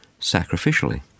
sacrificially